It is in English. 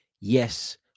yes